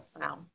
Wow